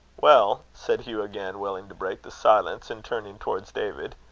well, said hugh, again, willing to break the silence, and turning towards david,